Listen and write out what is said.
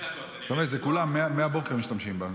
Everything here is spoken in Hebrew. כולם מהבוקר משתמשים בה.